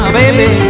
baby